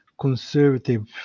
conservative